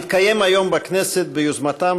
המתקיים היום בכנסת ביוזמתם